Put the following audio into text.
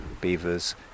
beavers